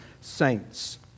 saints